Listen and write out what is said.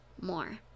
more